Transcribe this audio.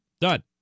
done